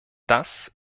das